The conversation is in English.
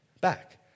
back